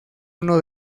uno